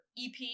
ep